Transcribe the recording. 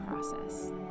process